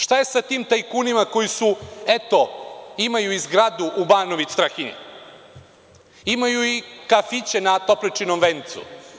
Šta je sa tim tajkunima koji su, eto, imaju i zgradu u Banović Strahinji, imaju i kafiće na Topličinom Vencu.